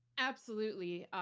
absolutely.